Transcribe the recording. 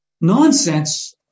nonsense